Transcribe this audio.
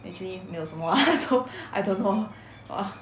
actually 没有什么 lah so I don't know !wah!